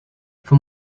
for